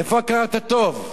איפה הכרת הטוב?